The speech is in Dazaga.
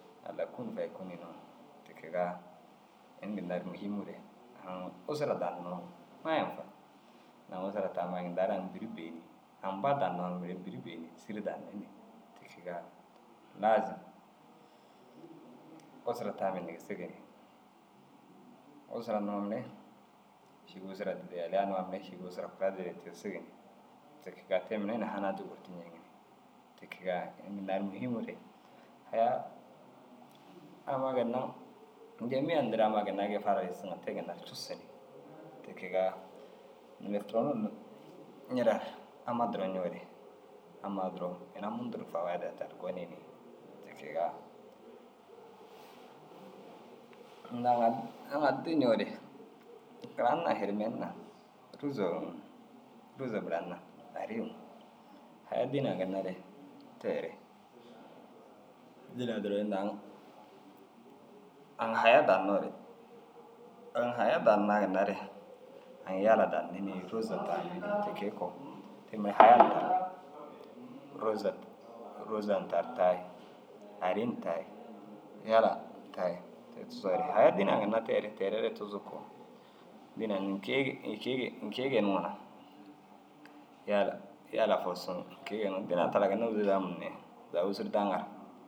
Allai « kûn faya kûn » yinoo. Ti kegaa ini ginna ru muhimuure aŋ usura donnoo mayi yampa. Aŋ usura tammaa inda ru aŋ bîri bêyi ni aŋ ba dannaa mire ru bîri bêyi ni sîri danni ni. Ti kegaa laazim usura tame ndigisigi ni. Usura numa mire sîge usura dîd yaliya nuwaa mire šîre usura kura dîde tigisig ni. Ti kegaa te mire na hanadi gurti ñeŋi ni. Ti kegaa ini ginna ru muhimuure haya amma ginna u jêmiye hunduure amma ginna gii fara ru issiŋo te ginna ru cussu ni. Ti kegaa neere turon num ñire ru amma duro ñoore ammaa duro ina mundu ru fawaada taar gonii ni. Ti kegaa inada aŋ, aŋ addi ñoore karan na hirimen na rûza uŋ. Rûza buran na arii uŋ haya dîne ŋa ginna re teere. Dînaa duro inda aŋ, aŋ haya dannoore aŋ haya ginna re aŋ yala danni ni rôza danni ni ti kee koo te mire haya dan. Rôza rôza taar tayi ariin tayi yala tayi te tigisoore haya dîne ŋa ginna teere. Teere raa tuzug koo, dînaa înni keege înni keege înni keegeenimoo na yala, yala fusuŋ înni keege nuŋoo na dînaa taara ginna ôruzaa munumee. Zaga ôsurdaa ŋa ru